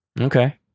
Okay